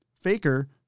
Faker